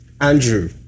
Andrew